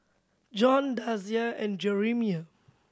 John Dasia and Jerimiah